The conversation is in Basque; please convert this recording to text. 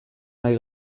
nahi